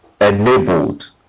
enabled